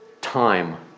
Time